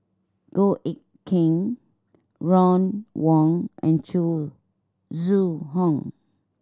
Goh Eck Kheng Ron Wong and Zhu Zhu Hong